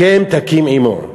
הקם תקים עמו.